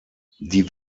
die